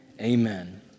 amen